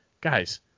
guys